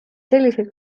selliseid